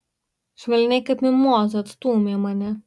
švelniai kaip mimozą atstūmė mane